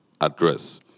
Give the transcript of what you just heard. address